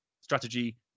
strategy